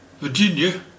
Virginia